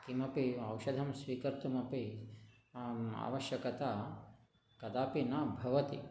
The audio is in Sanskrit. किमपि औषधं स्वीकर्तुम् अपि आवश्यकता कदापि न भवति